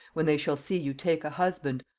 when they shall see you take a husband,